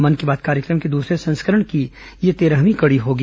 मन की बात कार्यक्रम के दूसरे संस्करण की यह तेरहवीं कड़ी होगी